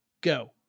Go